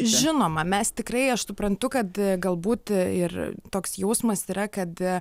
žinoma mes tikrai aš suprantu kad galbūt ir toks jausmas yra kad